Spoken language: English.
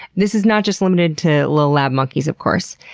this is not just limited to little lab monkeys, of course.